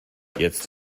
jetzt